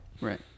Right